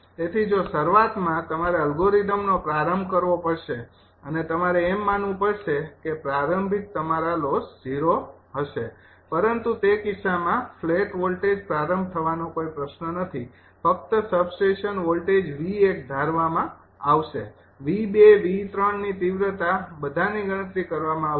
તેથી જો શરૂઆતમાં તમારે અલ્ગોરિધમનો પ્રારંભ કરવો પડશે અને તમારે એમ માનવું પડશે કે પ્રારંભિક તમારો લોસ 0 હશે પરંતુ તે કિસ્સામાં ફ્લેટ વોલ્ટેજ પ્રારંભ થવાનો કોઈ પ્રશ્ન નથી ફક્ત સબસ્ટેશન વોલ્ટેજ 𝑉૧ ધારવામાં આવશે 𝑉૨ 𝑉૩ ની તીવ્રતા બધાની ગણતરી કરવામાં આવશે